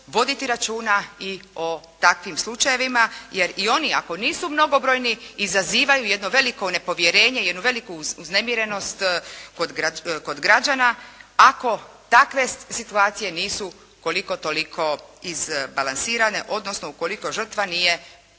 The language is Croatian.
voditi računa i o takvim slučajevima jer i oni, ako nisu mnogobrojni izazivaju jedno veliko nepovjerenje, jednu veliku uznemirenost kod građana ako takve situacije nisu koliko-toliko izbalansirane, odnosno ukoliko žrtva nije